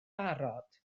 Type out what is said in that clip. barod